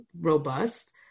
robust